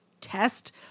test